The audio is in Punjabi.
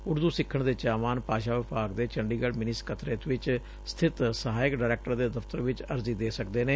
ਉਰਦੂ ਸੱਖਣ ਦੇ ਚਾਹਵਾਨ ਭਾਸ਼ਾ ਵਿਭਾਗ ਦੇ ਚੰਡੀਗੜ੍ ਮਿੰਨੀ ਸਕੱਤਰੇਤ ਵਿਚ ਸਬਿਤ ਸਹਾਇਕ ਡਾਇਰੈਕਟਰ ਦੇ ਦਫ਼ਤਰ ਵਿਚ ਅਰਜ਼ੀ ਦੇ ਸਕਦੇ ਨੇ